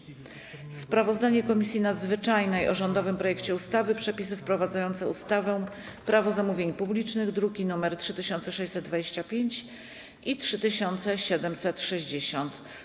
3. Sprawozdanie Komisji Nadzwyczajnej o rządowym projekcie ustawy Przepisy wprowadzające ustawę Prawo zamówień publicznych (druki nr 3625 i 3760)